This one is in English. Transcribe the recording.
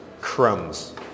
Crumbs